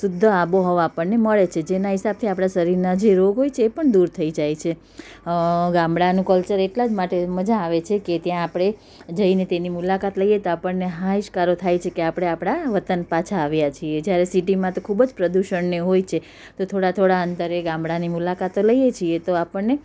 શુદ્ધ આબોહવા આપણને મળે છે જેના હિસાબથી આપણા શરીરના જે રોગ હોય છે એ પણ દૂર થઈ જાય છે ગામડાનું કલ્ચર એટલા જ માટે મજા આવે છે કે ત્યાં આપણે જઈને તેની મુલાકાત લઈએ તો આપણને હાશકારો થાય છે કે આપણે આપણા વતન પાછા આવ્યાં છીએ જ્યારે સિટીમાં તો ખૂબ જ પ્રદૂષણ ને એવું હોય છે તો થોડા થોડા અંતરે ગામડાની મુલાકાતો લઈએ છીએ તો આપણને